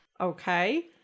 okay